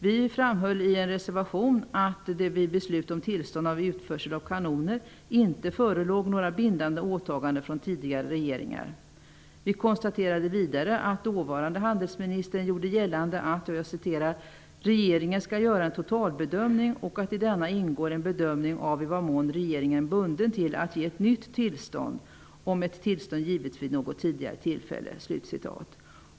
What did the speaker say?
Vi framhöll i en reservation att det vid beslut om tillstånd för utförsel av kanoner inte förelåg några bindande åtaganden från tidigare regeringar. Vi konstaterade vidare att dåvarande handelsministern gjorde gällande att ''regeringen skall göra en totalbedömning och att i denna ingår en bedömning av i vad mån regeringen är bunden till att ge ett nytt tillstånd, om ett tillstånd givits vid något tidigare tillfälle''.